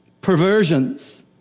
perversions